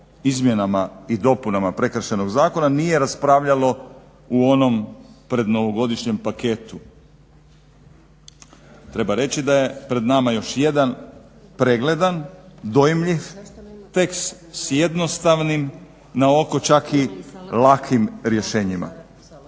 izmjenama i dopunama Prekršajnog zakona nije raspravljalo u onom prednovogodišnjem paketu. Treba reći da je pred nama još jedan pregledan, dojmljiv tekst s jednostavnim na oko čak i lakim rješenjima.